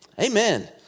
Amen